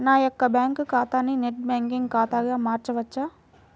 నా యొక్క బ్యాంకు ఖాతాని నెట్ బ్యాంకింగ్ ఖాతాగా మార్చవచ్చా?